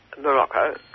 Morocco